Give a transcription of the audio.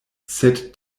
sed